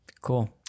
Cool